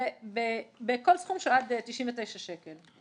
זה בכל סכום שעד 99 שקל.